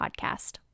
Podcast